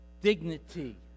dignity